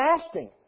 fasting